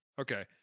Okay